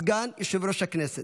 סגן יושב-ראש הכנסת.